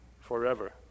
forever